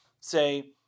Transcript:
say